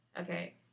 Okay